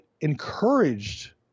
encouraged